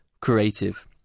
creative